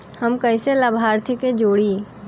हम कइसे लाभार्थी के जोड़ी?